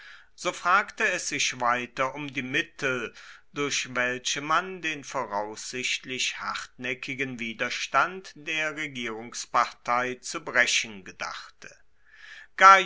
so fragte es sich weiter um die mittel durch welche man den voraussichtlich hartnäckigen widerstand der regierungspartei zu brechen gedachte gaius